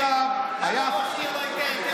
לעיר אחרת?